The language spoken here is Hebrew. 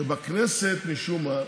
בכנסת משום מה מממנים,